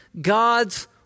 God's